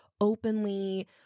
openly